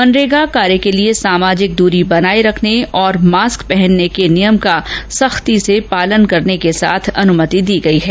मनरेगा कार्य के लिए सामाजिक दरी बनाये रखने और मास्क पहनने के नियम का सख्ती से पालन करने के साथ अनुमति दी गई है